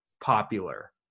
popular